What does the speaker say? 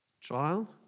Trial